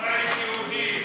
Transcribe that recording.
שר החינוך.